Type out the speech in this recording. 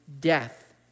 death